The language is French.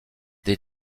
des